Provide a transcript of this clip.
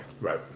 Right